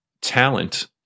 talent